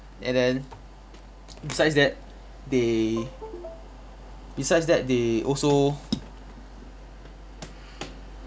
and then besides that they besides that they also